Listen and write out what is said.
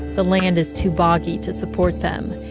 the land is too boggy to support them.